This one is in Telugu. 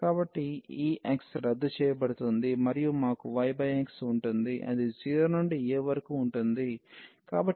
కాబట్టి ఈ x రద్దు చేయబడుతుంది మరియు మాకు yx ఉంటుంది అది 0 నుండి a వరకు ఉంటుంది